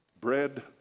bread